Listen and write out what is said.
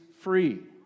free